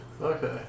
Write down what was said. Okay